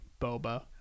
Boba